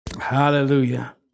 Hallelujah